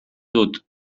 dut